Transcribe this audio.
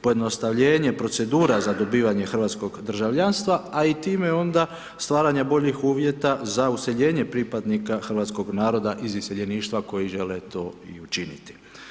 pojednostavljenje procedura za dobivanje hrvatskog državljanstva, a i time onda stvaranje boljih uvjeta za iseljenje pripadnika hrvatskog naroda iz iseljeništva koji žele to i učiniti.